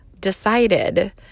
decided